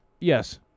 Yes